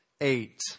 eight